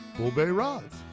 bull bay rods,